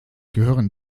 gehören